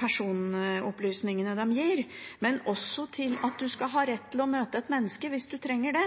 personopplysningene de gir, men også at en skal ha rett til å møte et menneske hvis en trenger det.